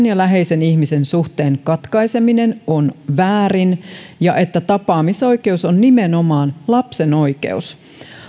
ja läheisen ihmisen suhteen katkaiseminen on väärin ja että tapaamisoikeus on nimenomaan lapsen oikeus